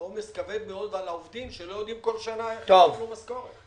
זה עומס כבד מאוד על העובדים שלא יודעים כל שנה איך הם יקבלו משכורת.